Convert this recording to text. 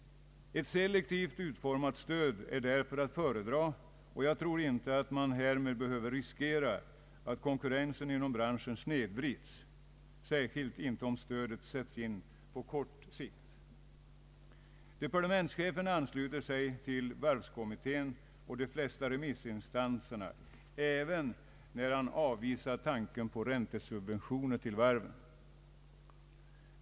Ett selektivt utformat stöd är därför att föredra, och jag tror inte att man därmed behöver riskera att konkurrensen inom branschen snedvrids, särskilt inte om stödet sätts in på kort sikt. Departementschefen ansluter sig till varvskommittén och de flesta remissinstanserna även när han avvisar tanken på räntesubventioner till varven.